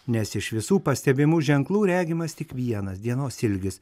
nes iš visų pastebimų ženklų regimas tik vienas dienos ilgis